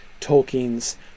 Tolkien's